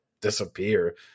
disappear